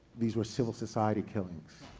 these were civil society killings,